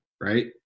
right